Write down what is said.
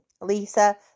lisa